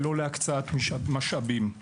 ולא להקצאת משאבים;